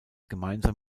gemeinsam